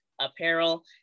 apparel